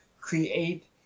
create